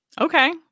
Okay